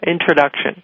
introduction